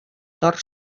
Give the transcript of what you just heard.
tord